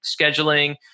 scheduling